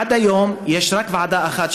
עד היום יש רק ועדה אחת,